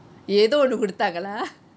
எதோ ஒன்னு கொடுத்தாங்களா:yetho onnu kodutaangelaa